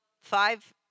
five